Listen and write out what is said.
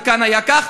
וכאן היה כך,